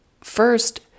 first